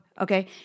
Okay